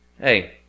hey